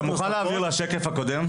אתה מוכן להעביר לשקף הקודם?